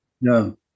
No